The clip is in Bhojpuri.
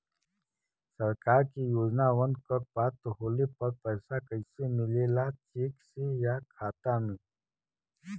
सरकार के योजनावन क पात्र होले पर पैसा कइसे मिले ला चेक से या खाता मे?